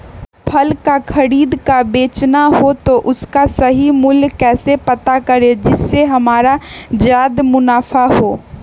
फल का खरीद का बेचना हो तो उसका सही मूल्य कैसे पता करें जिससे हमारा ज्याद मुनाफा हो?